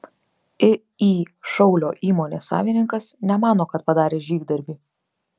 iį šaulio įmonė savininkas nemano kad padarė žygdarbį